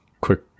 quick